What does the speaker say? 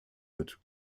mit